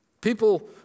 People